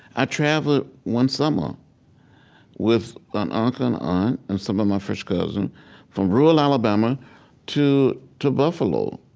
i traveled one summer with an uncle and aunt and some of my first cousins from rural alabama to to buffalo